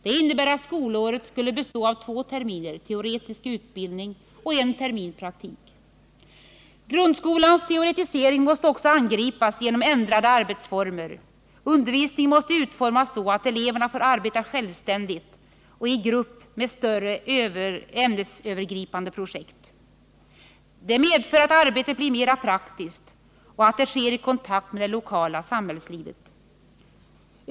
Det innebär att skolåret skulle bestå av två terminer teoretisk utbildning och en termin praktik. Grundskolans teoretisering måste också angripas genom en ändring av arbetsformerna. Undervisningen måste utformas så, att eleverna får arbeta självständigt och i grupp med större ämnesövergripande projekt. Det medför att arbetet blir mera praktiskt och att det sker i kontakt med det lokala samhällslivet.